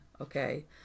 okay